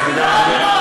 שמונה מרכזים.